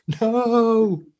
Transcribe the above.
No